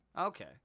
Okay